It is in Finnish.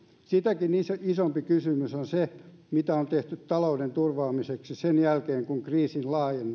sitäkin isompi kysymys on se mitä on tehty talouden turvaamiseksi sen jälkeen kun kriisin